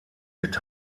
mit